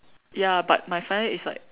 ya but my final is like